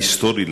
ההיסטורי,